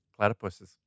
Platypuses